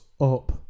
up